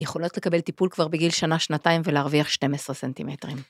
יכולות לקבל טיפול כבר בגיל שנה-שנתיים ולהרוויח 12 סנטימטרים.